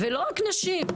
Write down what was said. ולא רק נשים.